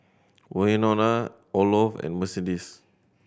Wynona Olof and Mercedes